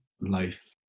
life